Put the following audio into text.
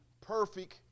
perfect